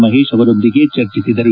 ಮಹೇಶ್ ಅವರೊಂದಿಗೆ ಚರ್ಚಿಸಿದರು